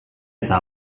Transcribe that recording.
eta